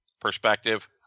perspective